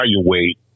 evaluate